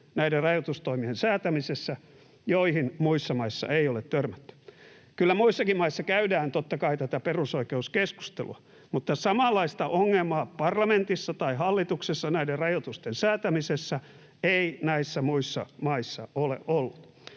näiden rajoitustoimien säätämisessä, joihin muissa maissa ei ole törmätty. Kyllä muissakin maissa käydään, totta kai, tätä perusoikeuskeskustelua, mutta samanlaista ongelmaa parlamentissa tai hallituksessa näiden rajoitusten säätämisessä ei näissä muissa maissa ole ollut.